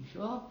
you sure